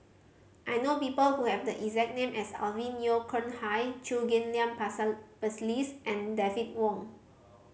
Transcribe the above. I know people who have the exact name as Alvin Yeo Khirn Hai Chew Ghim Lian Phyllis and David Wong